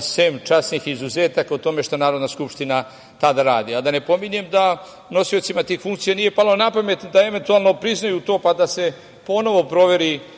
sem časnih izuzetaka o tome šta Narodna skupština tada radi. Da ne pominjem da nosiocima tih funkcija nije palo napamet da eventualno priznaju to pa da se ponovo proveri